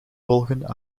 volgen